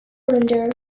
cylinder